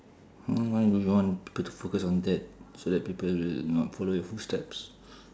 hmm why do you want people to focus on that so that people will not follow your footsteps